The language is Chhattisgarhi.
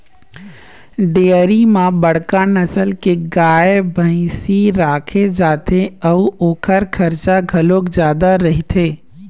डेयरी म बड़का नसल के गाय, भइसी राखे जाथे अउ ओखर खरचा घलोक जादा रहिथे